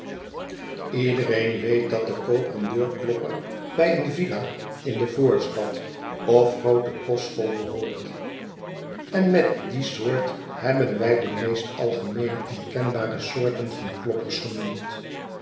iedereen weet dat de koperen deurklopper bij een villa in de voorstad of groote kostschool behoort en met die soort hebben wij de meest algemeene en kenbare soorten van kloppers genoemd